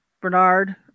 Bernard